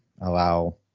allow